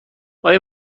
آیا